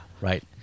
right